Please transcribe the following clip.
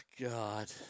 God